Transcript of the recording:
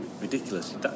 ridiculous